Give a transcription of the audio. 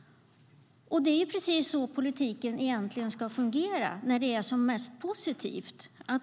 Det är så politiken ska fungera när det är som mest positivt.